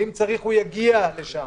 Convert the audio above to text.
ואם צריך הוא יגיע לשם.